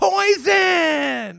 Poison